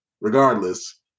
Regardless